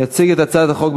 יציג את הצעת החוק,